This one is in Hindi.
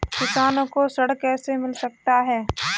किसानों को ऋण कैसे मिल सकता है?